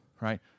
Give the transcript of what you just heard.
right